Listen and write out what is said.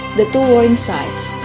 the two warring sides,